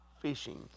fishing